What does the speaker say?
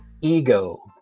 ego